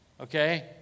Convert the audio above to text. okay